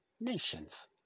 nations